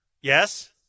Yes